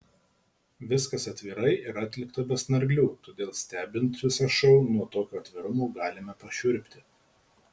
viskas atvirai ir atlikta be snarglių todėl stebint visą šou nuo tokio atvirumo galime pašiurpti